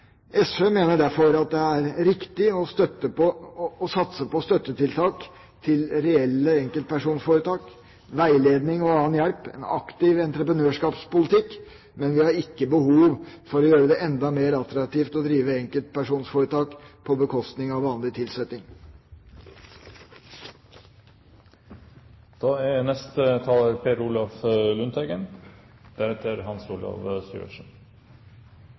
SV mener derfor at det er riktig å satse på støttetiltak til reelle enkeltpersonforetak, på veiledning og annen hjelp – en aktiv entreprenørskapspolitikk. Men vi har ikke behov for å gjøre det enda mer attraktivt å drive enkeltpersonforetak på bekostning av vanlig tilsetting. En av årsakene til at vi i Norge står der vi står, er